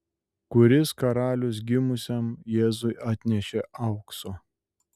kuris karalius gimusiam jėzui atnešė aukso